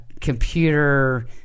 computer –